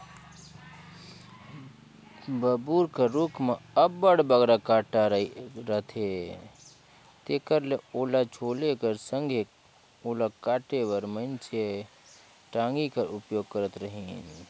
बबूर कर रूख मे अब्बड़ बगरा कटा रहथे तेकर ले ओला छोले कर संघे ओला काटे बर मइनसे टागी कर उपयोग करत रहिन